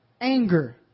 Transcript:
anger